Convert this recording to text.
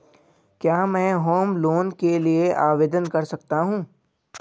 क्या मैं home loan के लिए आवेदन कर सकता हूं?